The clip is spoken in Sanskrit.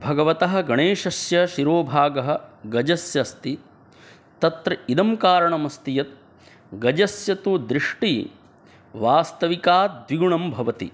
भगवतः गणेशस्य शिरोभागः गजस्य अस्ति तत्र इदं कारणमस्ति यत् गजस्य तु दृष्टिः वास्तविकी द्विगुणा भवति